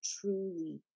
truly